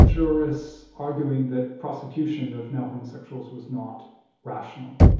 jurists arguing that prosecution of male homosexuals was not rational.